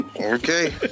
okay